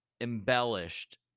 embellished